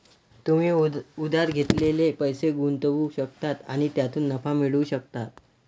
तुम्ही उधार घेतलेले पैसे गुंतवू शकता आणि त्यातून नफा मिळवू शकता